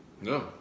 No